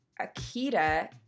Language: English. akita